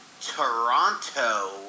Toronto